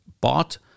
bought